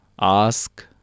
ask